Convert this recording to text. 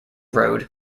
road